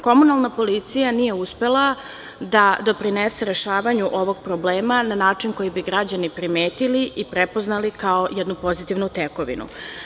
Komunalna policija nije uspela da doprinese rešavanju ovog problema na način koji bi građani primetili i prepoznali kao jednu pozitivnu tekovinu.